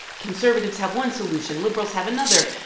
conservatives have one solution. liberals have another.